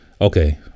Okay